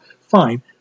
fine